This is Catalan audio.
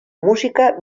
música